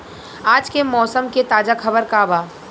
आज के मौसम के ताजा खबर का बा?